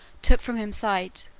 took from him sight,